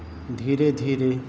ધીરે ધીરે